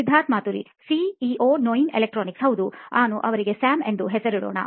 Siddharth Maturi CEO ನೋಯಿನ್ ಎಲೆಕ್ಟ್ರಾನಿಕ್ಸ್ಹೌದು ನಾವು ಅವನಿಗೆ ಸ್ಯಾಮ್ ಎಂದು ಹೆಸರಿಸೋಣ